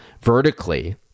vertically